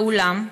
ואולם,